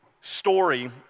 story